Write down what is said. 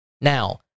Now